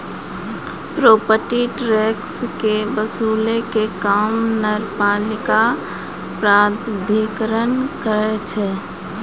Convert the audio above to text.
property tax के वसूलै के काम नगरपालिका प्राधिकरण करै छै